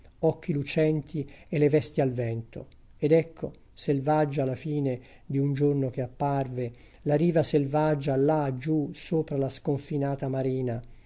occhi lucenti e le vesti al vento ed ecco selvaggia a la fine di un giorno che apparve la riva selvaggia là giù sopra la sconfinata marina